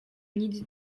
nic